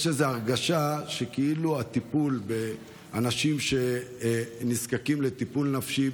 יש איזו הרגשה שכאילו הטיפול באנשים שנזקקים לטיפול נפשי,